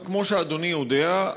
כמו שאדוני יודע,